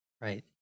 Right